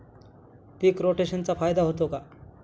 पीक रोटेशनचा फायदा होतो का?